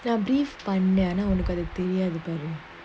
நான்:nan brief பண்ணேன்அனாஉனக்குஅதுதெரியாதுபாரு:pannen ana unaku adhu theriathu paru